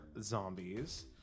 zombies